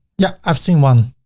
yeah, i've seen one.